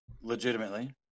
legitimately